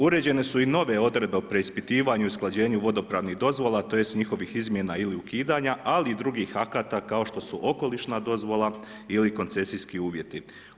Uređene su i nove odredbe o preispitivanju i usklađenju vodopravnih dozvola tj. njihovih izmjena ili ukidanja ali i drugih akata kao što su okolišna dozvola ili koncesijski uvjeti.